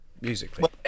musically